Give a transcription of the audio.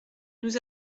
nous